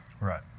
Right